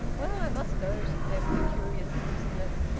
well, i must go! she said, with a curious brusqueness.